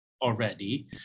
already